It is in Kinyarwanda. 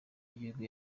yigihugu